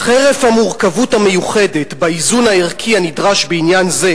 "חרף המורכבות המיוחדת באיזון הערכי הנדרש בעניין זה"